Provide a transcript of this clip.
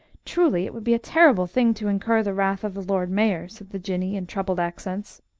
truly, it would be a terrible thing to incur the wrath of the lord mayor, said the jinnee, in troubled accents.